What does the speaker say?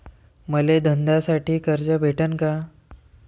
मले धंद्यासाठी कर्ज भेटन का?